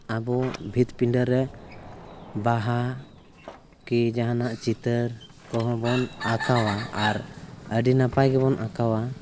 ᱟᱵᱚ ᱵᱷᱤᱛᱼᱯᱤᱰᱟᱹᱨᱮ ᱵᱟᱦᱟ ᱠᱤ ᱡᱟᱦᱟᱱᱟᱜ ᱪᱤᱛᱟᱹᱨ ᱠᱚᱦᱚᱸᱵᱚᱱ ᱟᱸᱠᱟᱣᱟ ᱟᱨ ᱟᱹᱰᱤ ᱱᱟᱯᱟᱭ ᱜᱮᱵᱚᱱ ᱟᱸᱠᱟᱣᱟ